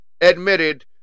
admitted